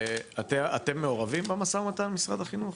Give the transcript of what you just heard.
אתם מעורבים במשא ומתן, משרד החינוך?